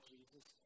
Jesus